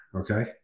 okay